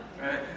right